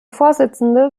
vorsitzende